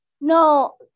No